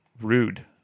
rude